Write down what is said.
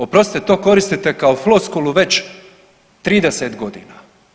Oprostite, to koristite kao floskulu već 30 godina.